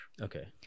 Okay